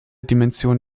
dimension